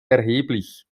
erheblich